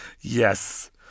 yes